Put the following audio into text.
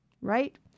right